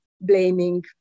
blaming